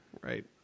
Right